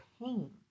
pain